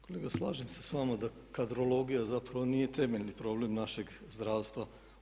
Kolega slažem se s vama da kadrologija zapravo nije temeljni problem našeg zdravstva.